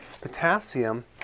potassium